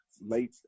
late